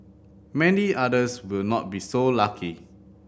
many others will not be so lucky